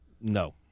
no